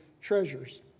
treasures